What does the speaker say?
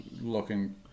looking